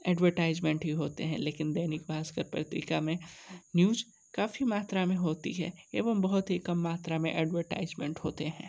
advertisement ही होते हैं लेकिन दैनिक भास्कर पत्रिका में न्यूज़ काफ़ी मात्रा में होती है एवं बहोत ही कम मात्रा में एडवर्टाइज़मेंट होते हैं